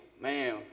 man